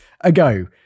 ago